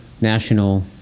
national